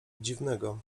dziwnego